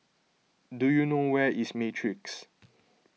do you know where is Matrix